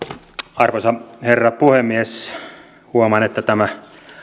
arvoisa herra puhemies huomaan että tämä